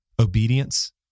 obedience